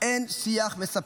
אין שיח מספק.